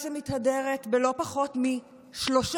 ממשלה שמתהדרת בלא פחות משלושה